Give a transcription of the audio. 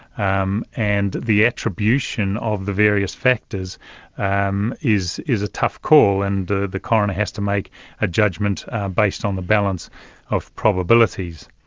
um and the attribution of the various factors um is is a tough call, and the the coroner has to make a judgement based on the balance of probabilities.